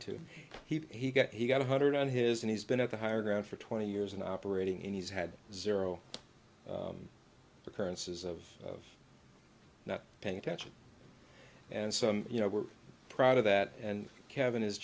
to he got he got one hundred on his and he's been at the higher ground for twenty years in operating in he's had zero occurrences of not paying attention and some you know we're proud of that and kevin is